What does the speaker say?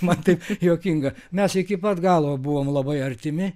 man tai juokinga mes iki pat galo buvom labai artimi